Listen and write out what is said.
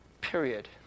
period